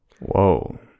Whoa